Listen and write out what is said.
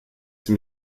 sie